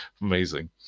Amazing